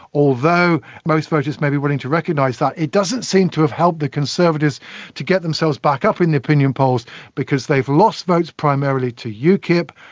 although most voters may be willing to recognise that, it doesn't seem to have helped the conservatives to get themselves back up in the opinion polls because they've lost votes primarily to ukip,